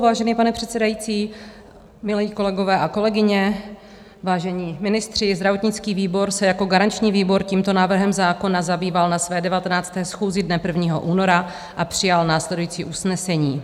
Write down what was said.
Vážený pane předsedající, milí kolegové a kolegyně, vážení ministři, zdravotnický výbor se jako garanční výbor tímto návrhem zákona zabýval na své 19. schůzi dne 1. února a přijal následující usnesení: